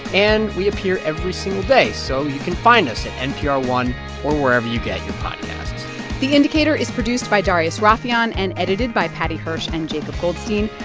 and we appear every single day, so you can find us at npr one or wherever you get your podcasts the indicator is produced by darius rafieyan and edited by paddy hirsch and jacob goldstein.